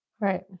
Right